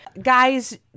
Guys